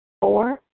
Four